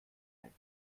ein